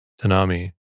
Tanami